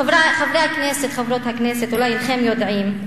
חברי הכנסת, חברות הכנסת, אולי אינכם יודעים,